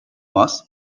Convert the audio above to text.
was